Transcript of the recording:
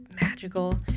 magical